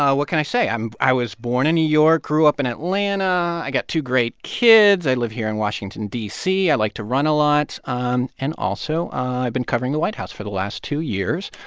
what can i say? i'm i was born in new york, grew up in atlanta. i got two great kids. i live here in washington, d c. i like to run a lot. um and also, i've been covering the white house for the last two years,